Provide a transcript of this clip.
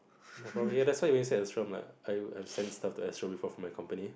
probably that's why you always say astro like I've I've send stuff to astro before for my company